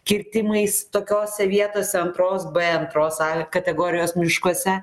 kirtimais tokiose vietose antros b antros a kategorijos miškuose